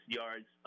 yards